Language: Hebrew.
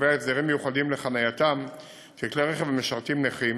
קובע הסדרים מיוחדים לחנייתם של כלי רכב המשרתים נכים